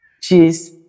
Cheers